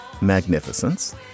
magnificence